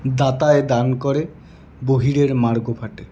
দাতায় দান করে বহিরের মার্গ ফাটে